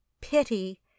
pity